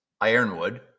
Ironwood